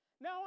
Now